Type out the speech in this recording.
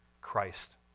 Christ